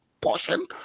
portion